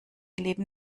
leben